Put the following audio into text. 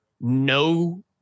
no